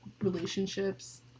relationships